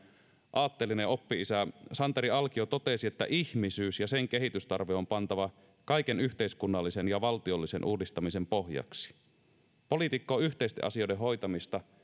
aatteellinen oppi isä santeri alkio totesi ihmisyys ja sen kehitystarve on pantava kaiken yhteiskunnallisen ja valtiollisen uudistamisen pohjaksi politiikka on yhteisten asioiden hoitamista